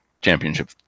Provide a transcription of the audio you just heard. championship